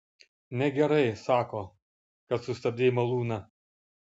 negerai sako kad sustabdei malūną